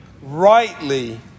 rightly